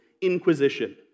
inquisition